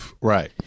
right